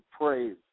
praise